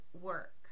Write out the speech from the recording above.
work